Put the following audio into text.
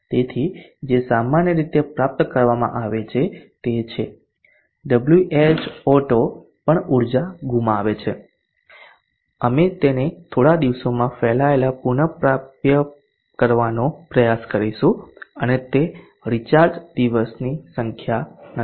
તેથી જે સામાન્ય રીતે કરવામાં આવે છે તે છે Whauto પણ ઊર્જા ગુમાવે છે અમે તેને થોડા દિવસોમાં ફેલાયેલા પુનપ્રાપ્ત કરવાનો પ્રયાસ કરીશું અને તે રિચાર્જ દિવસની સંખ્યા નથી